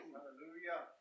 Hallelujah